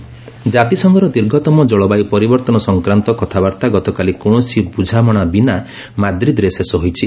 climate talks ଜାତିସଂଘର ଦୀର୍ଘତମ ଜଳବାୟୁ ପରିବର୍ତ୍ତନ ସଂକ୍ରାନ୍ତ କଥାବାର୍ତ୍ତା ଗତକାଲି କୌଣସି ବୁଝାମଣା ବିନା ମାଦ୍ରିଦ୍ରେ ଶେଷ ହୋଇଛି